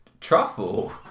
Truffle